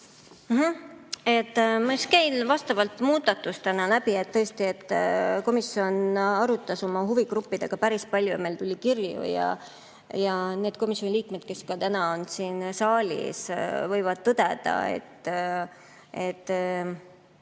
käin vastavad muudatused läbi. Tõesti, komisjon arutas oma huvigruppidega päris palju, meile tuli kirju ja need komisjoni liikmed, kes ka täna on siin saalis, võivad tõdeda, et